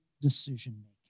decision-making